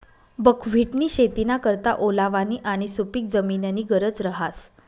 बकव्हिटनी शेतीना करता ओलावानी आणि सुपिक जमीननी गरज रहास